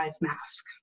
mask